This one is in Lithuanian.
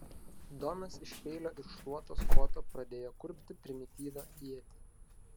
donas iš peilio ir šluotos koto pradėjo kurpti primityvią ietį